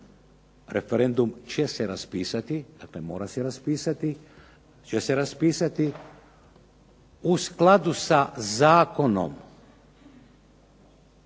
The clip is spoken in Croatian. referendum će se raspisati ...", dakle mora se raspisati, će se raspisati "... u skladu sa zakonom